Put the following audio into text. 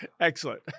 excellent